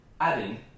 adding